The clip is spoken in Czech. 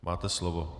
Máte slovo.